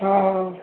हा